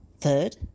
Third